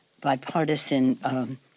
bipartisan